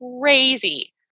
crazy